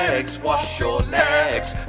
legs, wash your legs.